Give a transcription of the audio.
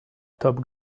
top